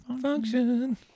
Function